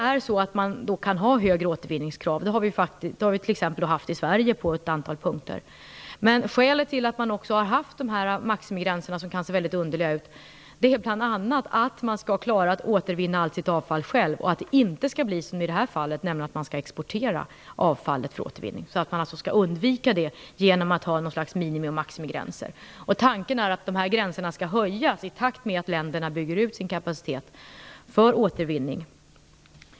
Man kan då alltså ha högre återvinningskrav, vilket vi har haft i Sverige på ett antal punkter. Men skälet till att man har haft dessa maximigränser, som kan se väldigt underliga ut, är bl.a. att man skall klara av att återvinna allt sitt avfall själv och att det inte skall bli som i detta fall, nämligen att avfallet skall exporteras för återvinning. Man skall alltså undvika detta genom att ha något slags minimi och maximigränser. Tanken är att gränserna skall höjas i takt med att länderna bygger ut sin kapacitet för återvinning.